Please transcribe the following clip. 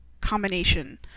combination